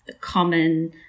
common